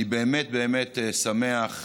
אני באמת באמת שמח,